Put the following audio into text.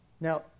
Now